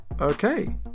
Okay